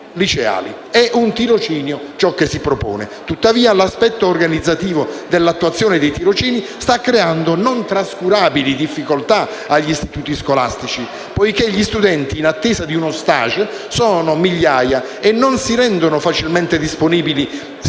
È un tirocinio ciò che si propone. Tuttavia, l'aspetto organizzativo dell'attuazione dei tirocini sta creando non trascurabili difficoltà agli istituti scolastici, poiché gli studenti in attesa di uno *stage* sono migliaia e non si rendono facilmente disponibili settori